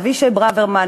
אבישי ברוורמן,